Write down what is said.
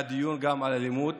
היה דיון על אלימות